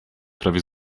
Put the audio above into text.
prawie